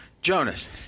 Jonas